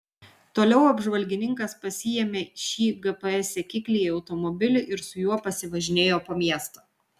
toliau apžvalgininkas pasiėmė šį gps sekiklį į automobilį ir su juo pasivažinėjo po miestą